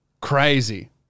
Crazy